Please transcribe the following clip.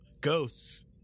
Ghosts